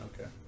Okay